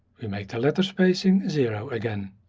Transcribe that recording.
make the letter spacing zero again.